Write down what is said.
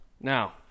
Now